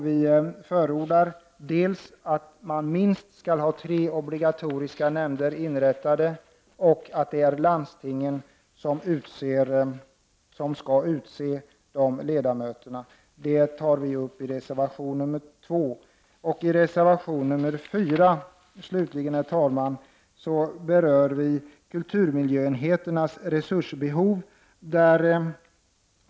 Vi förordar att man skall ha minst tre obligatoriska nämnder inrättade och att det är landstingen som skall utse ledamöterna. Detta tar vi alltså upp i reservation 2. I reservation 4 slutligen, herr talman, berör vi kulturmiljöenheternas resursbehov.